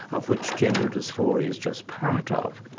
of which gender dysphoria is just part of.